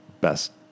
best